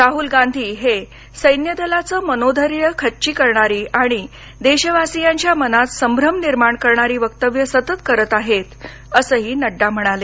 राहुल गांधी ही सैन्यदलाचं मनोधैर्य खच्ची करणारी आणि देशवासीयांच्या मनात संभ्रम निर्माण करणारी वक्तव्यं सतत करत आहेत असंही नड्डा म्हणाले